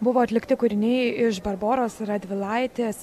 buvo atlikti kūriniai iš barboros radvilaitės